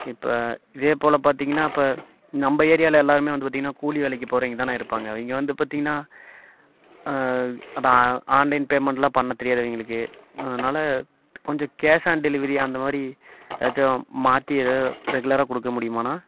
இப்போ இதே போல் பார்த்திங்கன்னா இப்போ நம்ம ஏரியாவில எல்லாருமே வந்து பார்த்திங்கன்னா கூலி வேலைக்கு போகிறவைங்கதாண்ணா இருப்பாங்க இங்கே வந்து பார்த்திங்கன்னா ஆ அப்போ ஆன்லைன் பேமெண்ட்லாம் பண்ண தெரியாது அவங்களுக்கு அதனால் கொஞ்சம் கேஷ் ஆன் டெலிவரி அந்த மாதிரி எதாச்சும் மாற்றி எதாவது ரெகுலராக கொடுக்க முடியுமாண்ணா